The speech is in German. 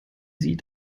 sie